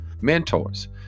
mentors